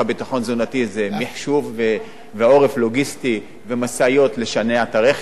זה מחשוב ועורף לוגיסטי ומשאיות לשנע את הרכב ומקררים,